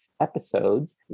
episodes